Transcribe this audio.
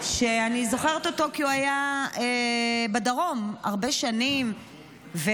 שאני זוכרת אותו כי הוא היה בדרום הרבה שנים -- מפקד מחוז דרומי.